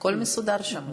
הכול מסודר שם.